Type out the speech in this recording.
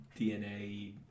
DNA